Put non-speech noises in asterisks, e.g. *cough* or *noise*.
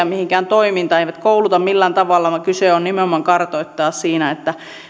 *unintelligible* mihinkään toimintaan eivät kouluta millään tavalla vaan siinä on kyse nimenomaan kartoittaa